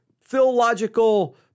philological